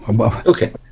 Okay